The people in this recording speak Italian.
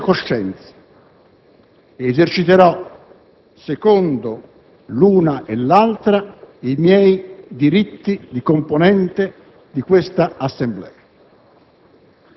Come senatore a vita ho e continuerò ad avere come miei riferimenti la Costituzione e la mia coscienza